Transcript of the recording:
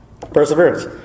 Perseverance